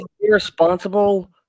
irresponsible